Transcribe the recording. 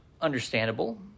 understandable